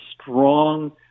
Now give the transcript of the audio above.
strong